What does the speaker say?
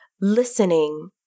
listening